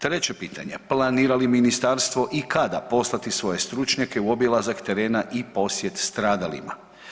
Treće pitanje, planira li ministarstvo i kada poslati svoje stručnjake u obilazak terena i posjet stradalima?